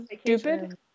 stupid